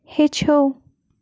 ہیٚچھَو